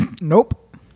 Nope